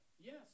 Yes